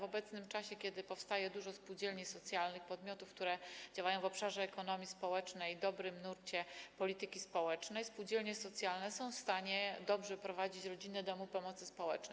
W obecnym czasie - kiedy powstaje dużo spółdzielni socjalnych, podmiotów, które działają w obszarze ekonomii społecznej, w dobrym nurcie polityki społecznej - spółdzielnie socjalne są w stanie dobrze prowadzić rodzinne domy pomocy społecznej.